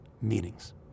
meetings